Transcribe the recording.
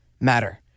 matter